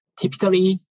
Typically